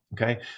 Okay